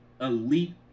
elite